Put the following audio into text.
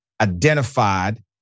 identified